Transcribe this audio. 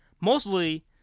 Mostly